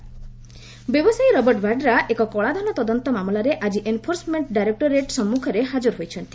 ED Vadra ବ୍ୟବସାୟୀ Robert Vadra ଏକ କଳାଧନ ତଦନ୍ତ ମାମଲାରେ ଆଜି ଏନ୍ଫୋର୍ସମେଣ୍ଟ ଡାଇରେକ୍ଟୋରେଟ୍ ସମ୍ମୁଖରେ ହାଜର ହୋଇଛନ୍ତି